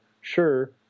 Sure